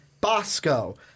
Bosco